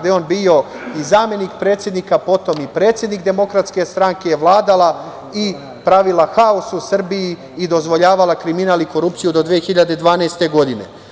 gde je on bio i zamenik predsednika, a potom i predsednik DS, vladala je i pravila haos u Srbiji i dozvoljavala kriminal i korupciju do 2012. godine.